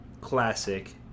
classic